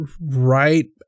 right